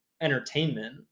entertainment